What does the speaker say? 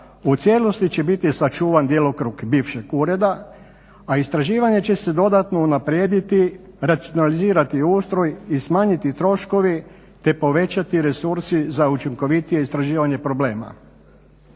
u cijelosti će biti sačuvan djelokrug bivšeg ureda, a istraživanje će se dodatno unaprijediti racionalizirati ustroj i smanjiti troškovi te povećati resursi za učinkovitije istraživanje problema.